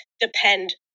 depend